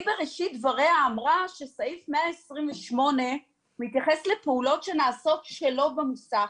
היא בראשית דבריה אמרה שסעיף 128 מתייחס לפעולות שנעשות שלא במוסך.